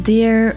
Dear